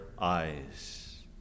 eyes